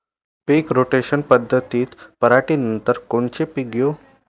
पीक rotation पद्धतीत पराटीनंतर कोनचे पीक घेऊ?